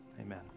Amen